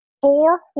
Four